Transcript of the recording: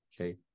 okay